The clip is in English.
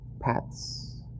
paths